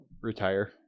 Retire